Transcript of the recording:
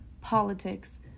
politics